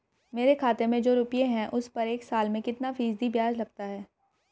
मेरे खाते में जो रुपये हैं उस पर एक साल में कितना फ़ीसदी ब्याज लगता है?